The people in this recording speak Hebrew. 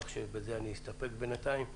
בזה אני אסתפק בינתיים.